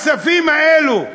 הכספים האלה,